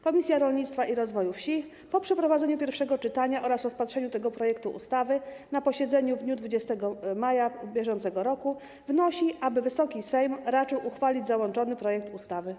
Komisja Rolnictwa i Rozwoju Wsi po przeprowadzeniu pierwszego czytania oraz rozpatrzeniu tego projektu ustawy na posiedzeniu w dniu 20 maja br. wnosi, aby Wysoki Sejm raczył uchwalić załączony projekt ustawy.